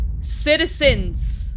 Citizens